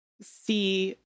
see